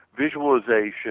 visualization